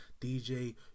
DJ